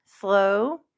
slow